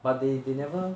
but they they never